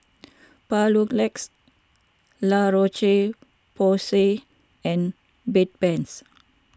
Papulex La Roche Porsay and Bedpans